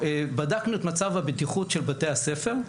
בדקנו את מצב הבטיחות של בתי הספר.